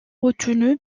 retenue